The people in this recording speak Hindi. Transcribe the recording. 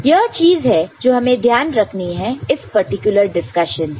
यह चीज है जो हमें ध्यान रखनी है इस पर्टिकुलर डिस्कशन से